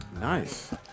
Nice